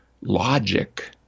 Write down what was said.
logic